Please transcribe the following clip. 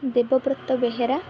Debabrata Behera